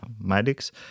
medics